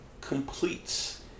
completes